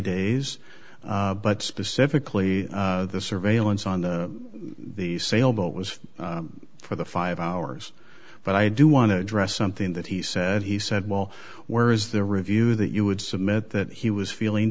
days but specifically the surveillance on the sailboat was for the five hours but i do want to address something that he said he said well where is the review that you would submit that he was feeling